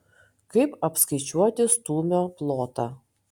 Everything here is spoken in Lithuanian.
kaip apskaičiuoti stūmio plotą